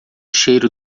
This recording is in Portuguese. cheiro